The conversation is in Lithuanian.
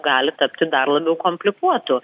gali tapti dar labiau komplikuotu